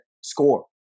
score